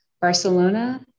Barcelona